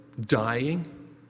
dying